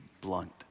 blunt